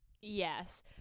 Yes